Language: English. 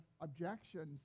objections